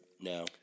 now